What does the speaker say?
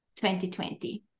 2020